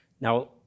Now